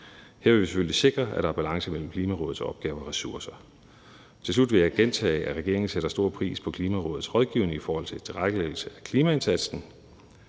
Her vil vi selvfølgelig sikre, at der er balance mellem Klimarådets opgaver og ressourcer. Til slut vil jeg gentage, at regeringen sætter stor pris på Klimarådets rådgivning i forhold til tilrettelæggelse af klimaindsatsen.